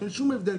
אין שום הבדל,